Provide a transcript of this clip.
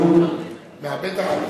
החלק של היהודים